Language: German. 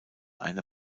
eine